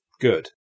good